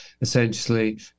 essentially